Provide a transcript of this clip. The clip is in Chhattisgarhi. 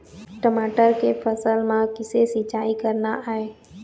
टमाटर के फसल म किसे सिचाई करना ये?